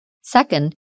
Second